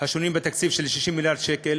של השינויים בתקציב של 60 מיליארד שקל,